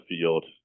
field